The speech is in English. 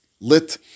lit